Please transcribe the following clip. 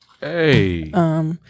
Hey